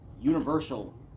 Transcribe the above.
universal